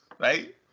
right